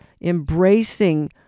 embracing